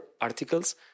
articles